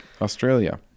Australia